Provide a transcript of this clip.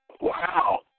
wow